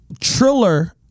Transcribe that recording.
triller